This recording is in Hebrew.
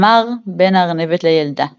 אמר בן-הארנבת לילדה